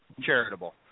charitable